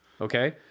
okay